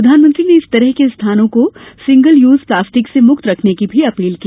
प्रधानमंत्री ने इस तरह के स्थानों को सिंगल यूज प्लाकस्टिक से मुक्त रखने की भी अपील की